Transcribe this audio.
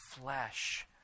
flesh